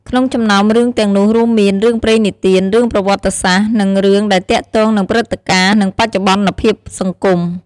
ក្នុងចំណោមរឿងទាំងនោះរួមមាន រឿងព្រេងនិទាន រឿងប្រវត្តិសាស្ត្រ និងរឿងដែលទាក់ទងនឹងព្រឹត្តិការណ៍ និងបច្ចុប្បន្នភាពសង្គម ។